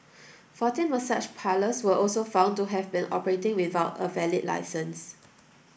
fourteen massage parlours were also found to have been operating without a valid licence